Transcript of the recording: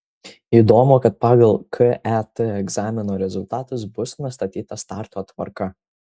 įdomu kad pagal ket egzamino rezultatus bus nustatyta starto tvarka